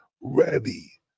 ready